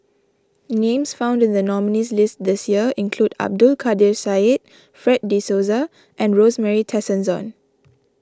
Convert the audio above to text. names found in the nominees' list this year include Abdul Kadir Syed Fred De Souza and Rosemary Tessensohn